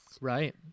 Right